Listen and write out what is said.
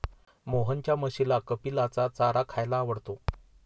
मोहनच्या म्हशीला कपिलाचा चारा खायला आवडतो